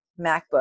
MacBook